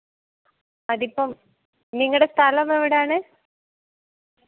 അതിപ്പം നിങ്ങളുടെ സ്ഥലമെവിടെയാണ്